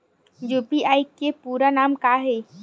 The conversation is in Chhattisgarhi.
यू.पी.आई के पूरा नाम का ये?